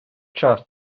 час